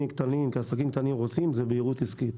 כעסקים קטנים רוצים זה בהירות עסקית.